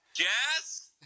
Yes